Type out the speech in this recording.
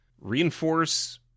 Reinforce